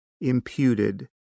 imputed